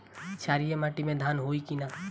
क्षारिय माटी में धान होई की न?